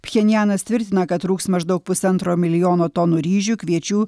pchenjanas tvirtina kad trūks maždaug pusantro milijono tonų ryžių kviečių